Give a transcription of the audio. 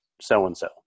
so-and-so